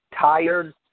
tired